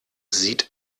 sieht